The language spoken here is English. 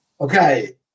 Okay